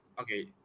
Okay